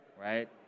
right